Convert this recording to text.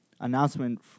Announcement